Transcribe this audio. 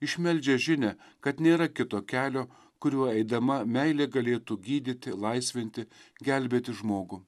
išmeldžia žinią kad nėra kito kelio kuriuo eidama meilė galėtų gydyti laisvinti gelbėti žmogų